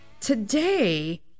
today